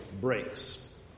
breaks